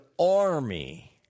army